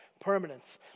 permanence